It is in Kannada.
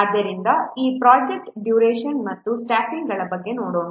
ಆದ್ದರಿಂದ ಈ ಪ್ರೊಜೆಕ್ಟ್ ಡ್ಯುರೇಷನ್ ಮತ್ತು ಸ್ಟಾಫ್ಯಿಂಗ್ಗಳ ಬಗ್ಗೆ ನೋಡೋಣ